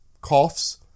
coughs